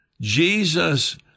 Jesus